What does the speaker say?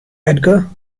edgar